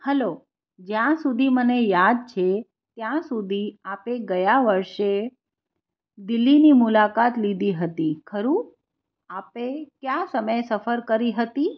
hello જ્યાં સુધી મને યાદ છે ત્યાં સુધી આપે ગયા વર્ષે દિલ્હીની મુલાકાત લીધી હતી ખરું આપે કયા સમયે સફર કરી હતી